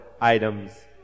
items